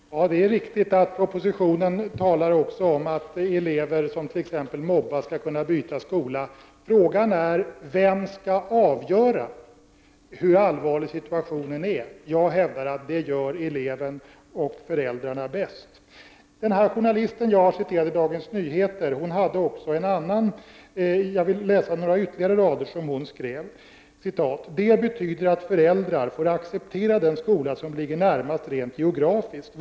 Herr talman! Det är riktigt att det i propositionen även talas om att elever som t.ex. mobbas skall kunna byta skola. Frågan är vem som skall avgöra hur allvarlig situationen är. Jag hävdar att det gör eleverna och föräldrarna bäst. Jag vill citera ytterligare några rader ur Dagens Nyheter, som den journalist har skrivit som jag tidigare citerade. ”Det betyder att föräldrar får acceptera den skola som ligger närmast rent geografiskt.